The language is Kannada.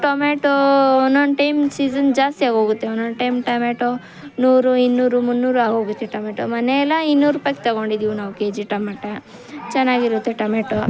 ಟೊಮೇಟೋ ಒಂದೊಂದು ಟೈಮ್ ಸೀಸನ್ ಜಾಸ್ತಿಯಾಗೋಗುತ್ತೆ ಒಂದೊಂದು ಟೈಮ್ ಟೊಮೇಟೊ ನೂರು ಇನ್ನೂರು ಮುನ್ನೂರು ಹಾಗೆ ಹೋಗುತ್ತೆ ಟೊಮೇಟೊ ಮೊನ್ನೆ ಎಲ್ಲ ಇನ್ನೂರು ರುಪಾಯಿಗೆ ತೊಗೊಂಡಿದ್ದೀವಿ ನಾವು ಕೆ ಜಿ ಟೊಮೆಟೋ ಚೆನ್ನಾಗಿರುತ್ತೆ ಟೊಮೇಟೊ